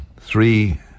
three